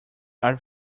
are